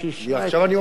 עכשיו אני אומר.